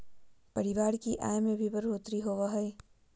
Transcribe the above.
परिवार की आय में भी बढ़ोतरी होबो हइ